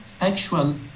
actual